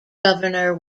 governor